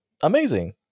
amazing